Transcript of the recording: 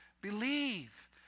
believe